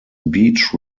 beach